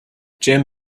jim